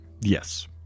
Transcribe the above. Yes